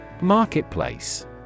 Marketplace